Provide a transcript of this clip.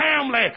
family